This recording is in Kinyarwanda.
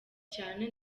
cyane